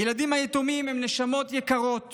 הילדים היתומים הם נשמות יקרות